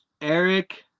Eric